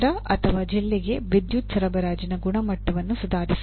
ನಗರ ಅಥವಾ ಜಿಲ್ಲೆಗೆ ವಿದ್ಯುತ್ ಸರಬರಾಜಿನ ಗುಣಮಟ್ಟವನ್ನು ಸುಧಾರಿಸಿ